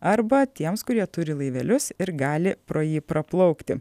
arba tiems kurie turi laivelius ir gali pro jį praplaukti